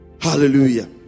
Hallelujah